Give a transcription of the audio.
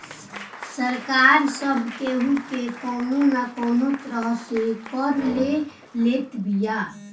सरकार सब केहू के कवनो ना कवनो तरह से कर ले लेत बिया